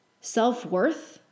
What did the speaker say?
self-worth